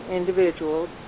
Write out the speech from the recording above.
individuals